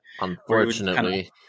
Unfortunately